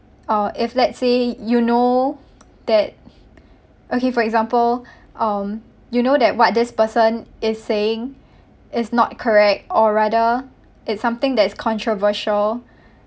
uh if let's say you know that okay for example um you know that what this person is saying is not correct or rather it's something that is controversial